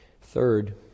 Third